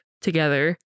together